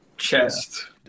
chest